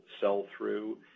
sell-through